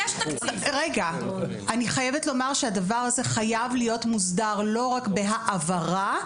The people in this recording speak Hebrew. אני חייבת לומר שהדבר הזה חייב להיות מוסדר לא רק בהעברה,